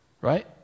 Right